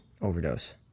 overdose